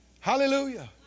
Hallelujah